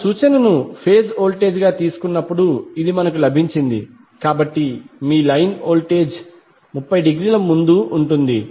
మన సూచనను ఫేజ్ వోల్టేజ్గా తీసుకున్నప్పుడు ఇది మనకు లభించింది కాబట్టి మీ లైన్ వోల్టేజ్ 30 డిగ్రీల ముందు ఉంటుంది